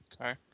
Okay